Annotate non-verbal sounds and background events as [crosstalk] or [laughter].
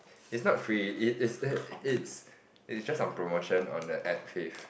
is not free it is [noise] it's it's just on promotion on the app Fave